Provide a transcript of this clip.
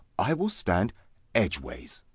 i will stand edgeways.